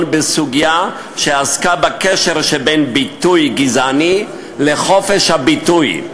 בסוגיה שעסקה בקשר שבין ביטוי גזעני לחופש הביטוי.